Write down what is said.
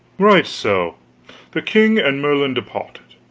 right so the king and merlin departed,